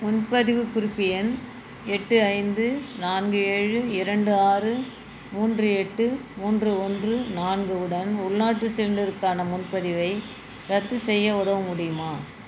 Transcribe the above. முன்பதிவுக் குறிப்பு எண் எட்டு ஐந்து நான்கு ஏழு இரண்டு ஆறு மூன்று எட்டு மூன்று ஒன்று நான்கு உடன் உள்நாட்டு சிலிண்டருக்கான முன்பதிவை ரத்து செய்ய உதவ முடியுமா